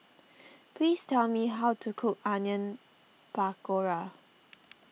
please tell me how to cook Onion Pakora